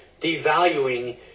devaluing